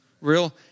real